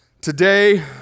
Today